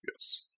Yes